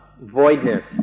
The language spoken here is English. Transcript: voidness